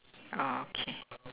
okay